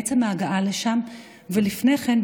בעצם ההגעה לשם ולפני כן,